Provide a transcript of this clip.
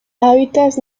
hábitats